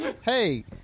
hey